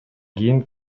кийин